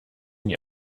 nie